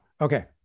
Okay